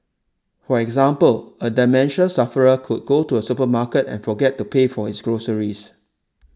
for example a dementia sufferer could go to a supermarket and forget to pay for his groceries